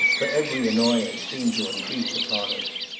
for every annoyance seemed to increase upon us.